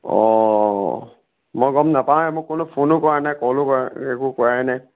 অ' মই গম নাপাওঁৱে মোক কোনো ফোনো কৰা নাই কলো কৰা একো কৰাই নাই